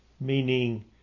meaning